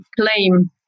claim